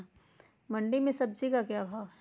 मंडी में सब्जी का क्या भाव हैँ?